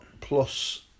plus